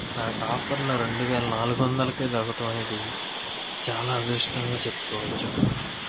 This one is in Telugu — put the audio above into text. నాకు ఆఫర్లో రెండు వేల నాలుగు వందలకే దొరకటం అనేది చాలా అదృష్టంగా చెప్పుకోవచ్చు